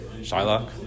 Shylock